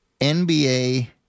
NBA